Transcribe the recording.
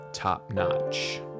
top-notch